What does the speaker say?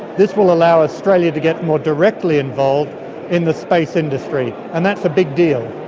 this will allow australia to get more directly involved in the space industry, and that's a big deal.